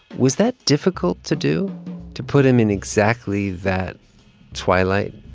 was that difficult to do to put him in exactly that twilight?